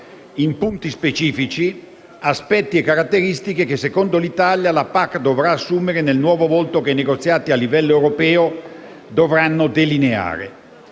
con me - aspetti e caratteristiche che, secondo l'Italia, la PAC dovrà assumere nel nuovo volto che i negoziati a livello europeo dovranno delineare.